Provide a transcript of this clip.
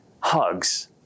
hugs